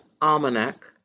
Almanac